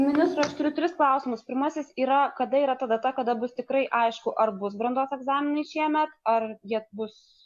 ministrui aš turi tris klausimus pirmasis yra kada yra ta data kada bus tikrai aišku ar bus brandos egzaminai šiemet ar jie bus